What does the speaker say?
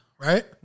right